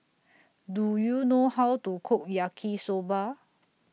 Do YOU know How to Cook Yaki Soba